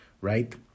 right